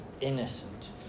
innocent